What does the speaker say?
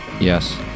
Yes